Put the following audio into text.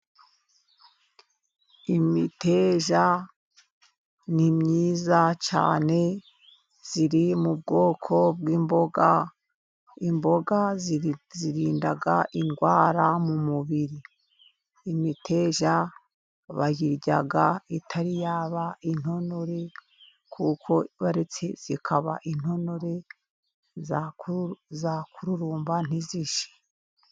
Imiteja ni myiza cyane. Iri mu bwoko bw'imboga. Imboga zirinda indwara mu mubiri. Imiteja bayirya itari yaba intonore kuko baretse ikaba intonore yakururumba ntishye.